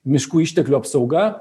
miškų išteklių apsauga